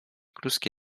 kluski